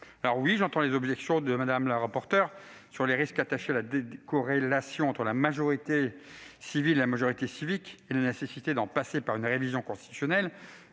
oui, j'entends les objections de notre rapporteure sur les risques attachés à la décorrélation entre la majorité civile et la majorité civique et sur la nécessité d'en passer par une révision constitutionnelle.